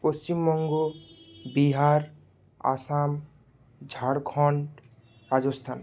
Paschimbanga Bihar Assam Jharkhand Rajasthan